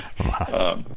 Wow